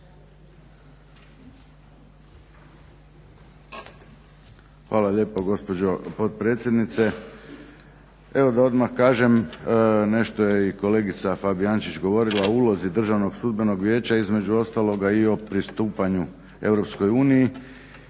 Hvala lijepo gospođo potpredsjednice. Evo da odmah kažem, nešto je i kolegica FAbijančić govorila o ulozi Državnom sudbenom vijeća između ostaloga i o pristupanju EU i